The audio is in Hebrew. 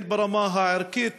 הן ברמה הערכית,